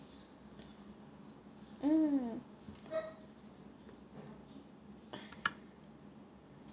mm